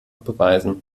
beweisen